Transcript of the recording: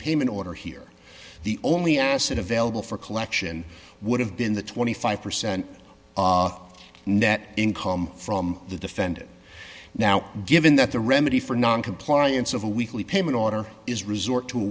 payment order here the only asset available for collection would have been the twenty five percent net income from the defendant now given that the remedy for noncompliance of a weekly payment author is resort to